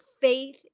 faith